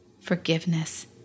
forgiveness